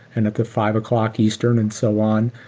and at the five o'clock eastern and so on,